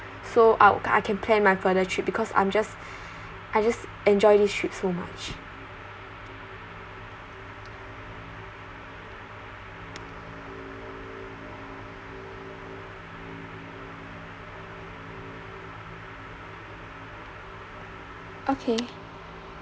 so I will I can plan my further trip because I'm just I just enjoy this trip so much okay